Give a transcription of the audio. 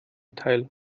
teil